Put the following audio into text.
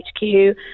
HQ